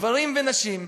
גברים ונשים,